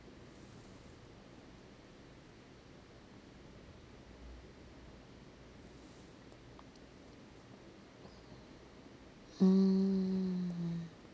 mm